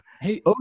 Hey